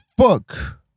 fuck